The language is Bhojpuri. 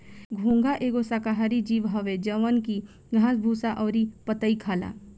घोंघा एगो शाकाहारी जीव हवे जवन की घास भूसा अउरी पतइ खाला